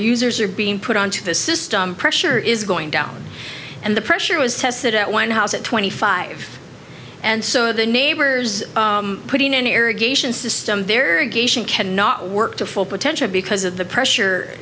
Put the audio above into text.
users are being put on to the system pressure is going down and the pressure was tested at one house at twenty five and so the neighbors putting area geishas system there again cannot work to full potential because of the pressure